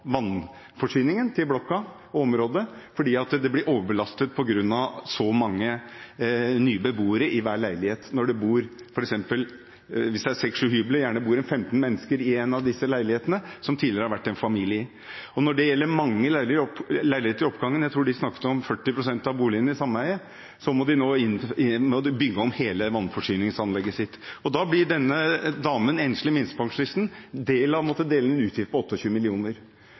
vannforsyningen til blokka og området fordi den blir overbelastet av så mange nye beboere i hver leilighet. Hvis det er 6–7 hybler, bor det gjerne 15 mennesker i en leilighet som det tidligere har vært en familie i. Når det gjelder mange leiligheter i oppgangen – jeg tror de snakket om 40 pst. av boligene i sameiet – må de bygge om hele vannforsyningsanlegget sitt. Da må denne enslige minstepensjonisten være med på å dele en utgift på